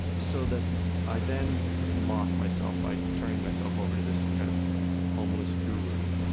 so that i then lost myself by turning myself over to this kind of homeless guru,